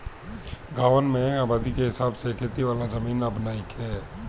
गांवन में आबादी के हिसाब से खेती वाला जमीन अब नइखे